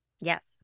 Yes